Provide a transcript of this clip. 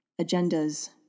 agendas